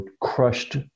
crushed